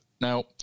Now